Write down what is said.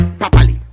properly